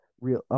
real –